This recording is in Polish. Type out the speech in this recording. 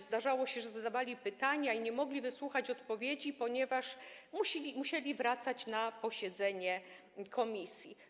Zdarzało się, że zadawali pytania i nie mogli wysłuchać odpowiedzi, ponieważ musieli wracać na posiedzenie komisji.